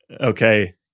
okay